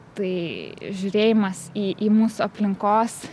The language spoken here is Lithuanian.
tai žiūrėjimas į į mūsų aplinkos